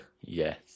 Yes